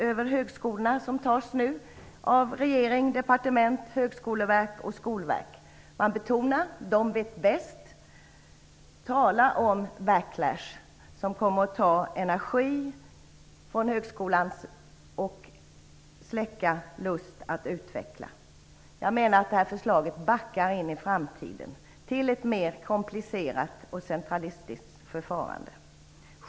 Det är ett järngrepp som regering, departement, Högskoleverket och Skolverket nu tar om högskolorna. Det betonas att de vet mest - tala om backlash! Energi kommer att tas från högskolan och detta kommer att släcka lusten att utveckla. Jag menar att det här förslaget backar in i framtiden till ett mera komplicerat och centralistiskt förfarande.